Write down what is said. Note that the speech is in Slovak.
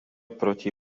proti